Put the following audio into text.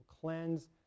cleanse